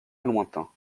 lointains